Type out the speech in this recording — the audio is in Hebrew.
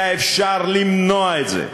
היה אפשר למנוע את זה.